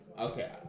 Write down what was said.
Okay